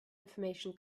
information